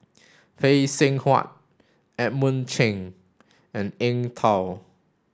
Phay Seng Whatt Edmund Chen and Eng Tow